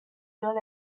格雷